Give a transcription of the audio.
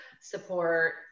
support